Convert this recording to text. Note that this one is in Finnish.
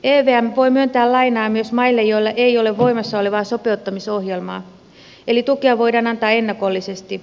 evm voi myöntää lainaa myös maille joilla ei ole voimassa olevaa sopeuttamisohjelmaa eli tukea voidaan antaa ennakollisesti